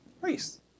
race